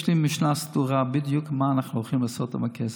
יש לי משנה סדורה מה בדיוק אנחנו הולכים לעשות עם הכסף.